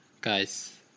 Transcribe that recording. guys